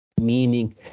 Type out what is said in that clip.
meaning